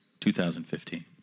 2015